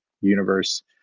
Universe